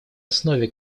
основе